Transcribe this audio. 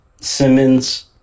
Simmons